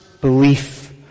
belief